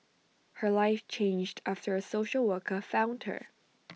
her life changed after A social worker found her